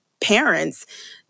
parents